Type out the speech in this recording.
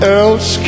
else